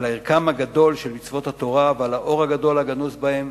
על ערכן הגדול של מצוות התורה ועל האור הגדול הגנוז בהן,